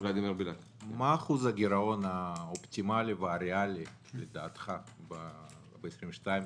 מה שיעור הגירעון האופטימלי והריאלי לדעתך בשנים 22 ו-23?